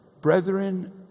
Brethren